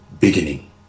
beginning